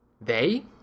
They